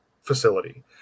facility